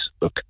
look